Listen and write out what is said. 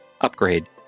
upgrade